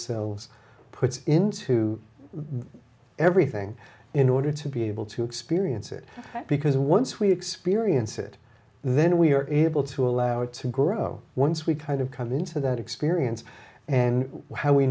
selves puts into everything in order to be able to experience it because once we experience it then we are able to allow it to grow once we kind of come into that experience and how we